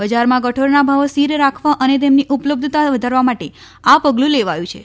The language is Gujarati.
બજારમાં કઠોરના ભાવો સ્થિર રાખવા અને તેમની ઉપલબ્ધતા વધારવા માટે આ પગલું લેવાયું છે